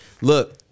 look